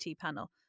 panel